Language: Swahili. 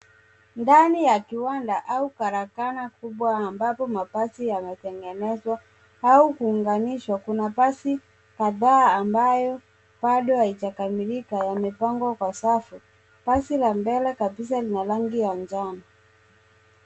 Ndani ya kiwanda au karakana kubwa ambavyo mabasi yanatengenezwa au kuunganishwa. Kuna basi kadhaa ambayo bado haijakamilika yamepangwa kwa safu. Basi la mbele kabisa ni ya rangi ya njano.